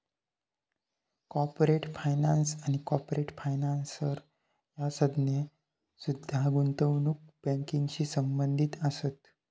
corporate finance आणि corporate financer ह्या संज्ञा सुद्धा गुंतवणूक बँकिंगशी संबंधित असत